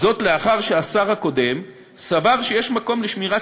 לאחר שהשר הקודם סבר שיש מקום לשמירת